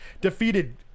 defeated